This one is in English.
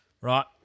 Right